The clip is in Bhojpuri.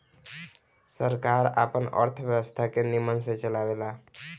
सरकार आपन अर्थव्यवस्था के निमन रूप से चलावेला